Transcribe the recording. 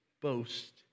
boast